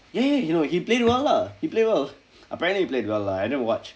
yea yea you know he played well lah he played well apparently he played well lah I didn't watch